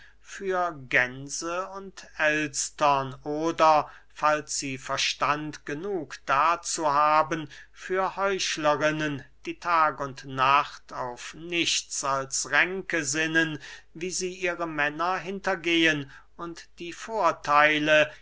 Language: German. für gänse und elstern oder falls sie verstand genug dazu haben für heuchlerinnen die tag und nacht auf nichts als ränke sinnen wie sie ihre männer hintergehen und die vortheile